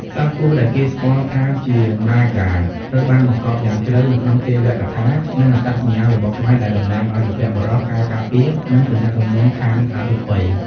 សត្វពស់ដែលគេស្គាល់ថាជា ណាហ្គា ត្រូវបានបង្កប់យ៉ាងជ្រៅនៅក្នុងទេវកថា និងអត្តសញ្ញាណរបស់ខ្មែរ ដែលតំណាងឱ្យបុព្វបុរស ការការពារ និងទំនាក់ទំនងខាងអរូបិយ។